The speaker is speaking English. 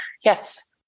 Yes